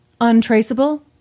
untraceable